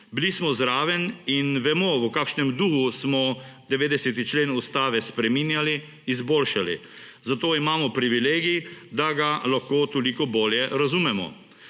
Bili smo zraven in vemo, v kakšnem duhu smo 90. člen ustave spreminjali, izboljšali. Zato imamo privilegij, da ga lahko toliko bolje razumemo.